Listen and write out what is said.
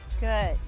Good